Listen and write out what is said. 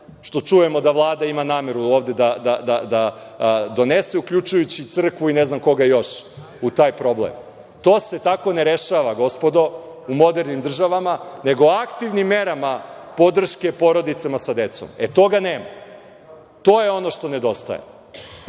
što čujemo da Vlada ima nameru da donese, uključujući crkvu i ne znam koga još u taj problem. To se tako ne rešava, gospodo, u modernim državama, nego aktivnim merama podrške porodicama sa decom. E, toga nema. To je ono što nedostaje.